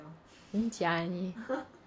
很假 leh 你